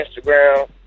Instagram